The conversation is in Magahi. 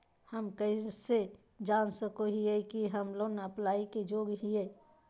हम कइसे जान सको हियै कि हम लोन अप्लाई के योग्य हियै?